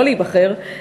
לא להיבחר,